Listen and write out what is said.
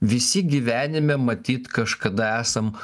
visi gyvenime matyt kažkada esam